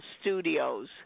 studios